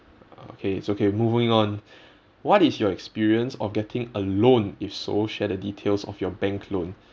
uh okay it's okay moving on what is your experience of getting a loan if so share the details of your bank loan